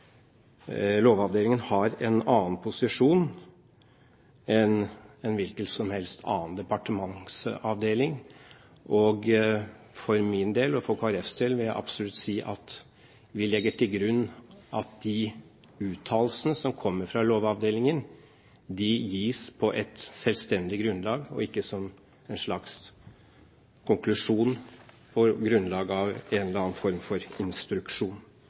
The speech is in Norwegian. Lovavdelingen har en annen posisjon enn en hvilken som helst annen departementsavdeling, og for min del og for Kristelig Folkepartis del vil jeg absolutt si at vi legger til grunn at de uttalelsene som kommer fra Lovavdelingen, gis på et selvstendig grunnlag og ikke som en slags konklusjon på grunnlag av en eller annen form for instruksjon.